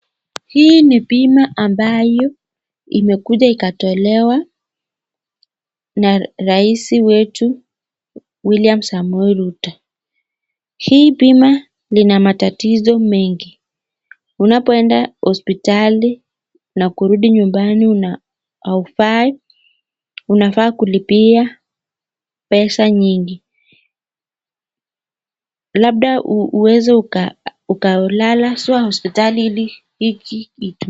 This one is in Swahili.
Hii ni bima ambayo imekuja ikatolewa na rais wetu William Samoei Ruto, hii bima ina matatizo mengi unapoenda hospitali na kurudi nyumbani unafaa kulipia pesa nyingi labda uweze ukalazwa hospitali ili hiki itumike.